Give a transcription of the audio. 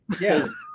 Yes